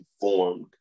informed